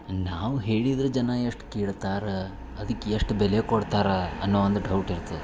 ನಾವು ಹೇಳಿದ್ರೆ ಜನ ಎಷ್ಟು ಕೇಳ್ತಾರ ಅದಕ್ಕೆ ಎಷ್ಟು ಬೆಲೆ ಕೊಡ್ತಾರೆ ಅನ್ನೋ ಒಂದು ಡೌಟ್ ಇರ್ತದೆ